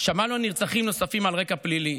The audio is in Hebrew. שמענו על נרצחים נוספים על רקע פלילי.